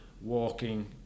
walking